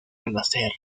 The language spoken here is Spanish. renacer